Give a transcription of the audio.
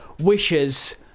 wishes